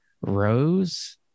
Rose